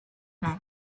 man